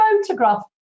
photograph